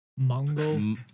Mongo